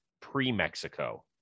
pre-Mexico